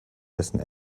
dessen